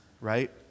right